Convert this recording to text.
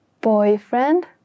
boyfriend